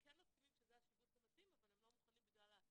הם כן מסכימים שזה השיבוץ המתאים אבל הם לא מוכנים בגלל ההסעה.